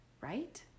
Right